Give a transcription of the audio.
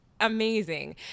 amazing